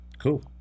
Cool